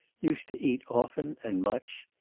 used to eat often and much,